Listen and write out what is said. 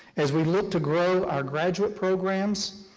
as we look to grow our graduate programs,